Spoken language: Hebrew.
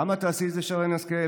למה תעשי את זה, שרן השכל?